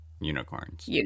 unicorns